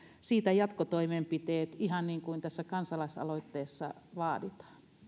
siitä jatkotoimenpiteet ihan niin kuin tässä kansalaisaloitteessa vaaditaan